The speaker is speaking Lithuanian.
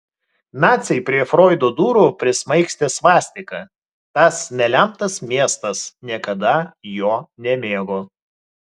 naciai prie froido durų prismaigstė svastiką tas nelemtas miestas niekada jo nemėgo